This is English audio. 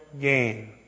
gain